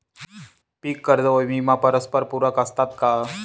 पीक कर्ज व विमा परस्परपूरक असतात का?